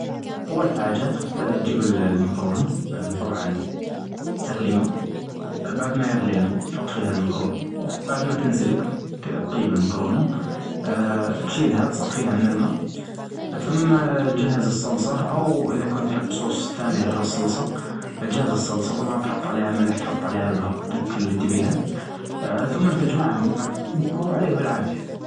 أول چاجة تخت-تچيب المكرونة أطبعا أبتغلي ماء بعد ما يغلي الماء تحط فيها المكرونة، بعد ما تنسلج ت-طيب المكرونة آآ تشيلها تصفيها من الماء ثم تچهز الصلصة أو إذا كنت تحب صوص ثاني غير الصلصة، تچهز الصلصة طبعا تحط عليها ملح تحط عليها البهاراتك اللي تبيها، أثمن تجمعهم مع بعض وعليك بالعافية.